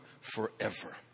forever